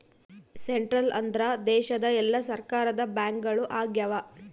central ಅಂದ್ರ ದೇಶದ ಎಲ್ಲಾ ಸರ್ಕಾರದ ಬ್ಯಾಂಕ್ಗಳು ಆಗ್ಯಾವ